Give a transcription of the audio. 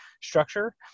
structure